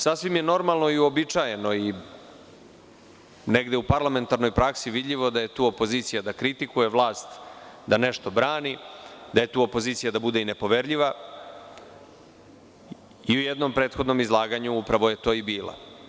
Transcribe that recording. Sasvim je normalno i uobičajeno i negde u parlamentarnoj praksi vidljivo da je tu opozicija da kritikuje vlast, da nešto brani, da je tu opozicija da bude i nepoverljiva i u jednom prethodnom izlaganju upravo je to i bila.